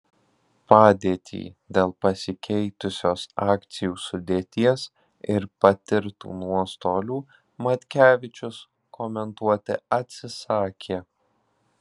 padėtį dėl pasikeitusios akcijų sudėties ir patirtų nuostolių matkevičius komentuoti atsisakė